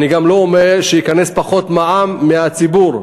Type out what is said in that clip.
אני גם לא אומר שייכנס פחות מע"מ מהציבור.